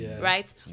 right